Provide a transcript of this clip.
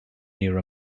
near